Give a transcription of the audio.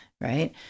right